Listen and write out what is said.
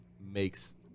makes